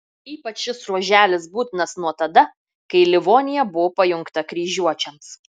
ypač šis ruoželis būtinas nuo tada kai livonija buvo pajungta kryžiuočiams